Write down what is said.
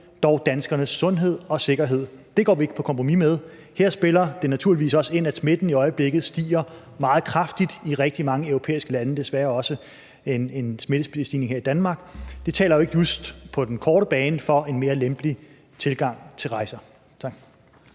dog danskernes sundhed og sikkerhed. Det går vi ikke på kompromis med. Her spiller det naturligvis også ind, at smitten i øjeblikket stiger meget kraftigt i rigtig mange europæiske lande, desværre er der også en smittestigning her i Danmark. Det taler jo ikke just på den korte bane for en mere lempelig tilgang til rejser.